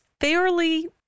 fairly